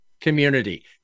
community